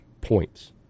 points